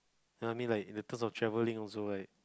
no I mean like in the terms of travelling also right